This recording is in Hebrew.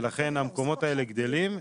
ולכן המקומות האלה גדלים.